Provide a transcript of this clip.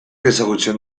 ezagutzen